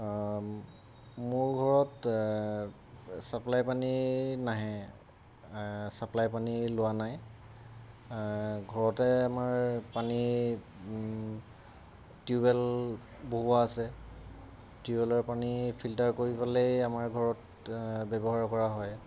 মোৰ ঘৰত চাপ্লাই পানী নাহে চাপ্লাই পানী লোৱা নাই ঘৰতে আমাৰ পানী টিউ বেল বহোৱা আছে টিউবেলৰ পানী ফিল্টাৰ কৰি পেলাই আমাৰ ঘৰত ব্যৱহাৰ কৰা হয়